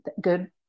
good